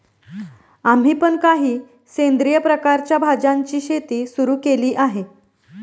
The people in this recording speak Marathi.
आम्ही पण काही सेंद्रिय प्रकारच्या भाज्यांची शेती सुरू केली आहे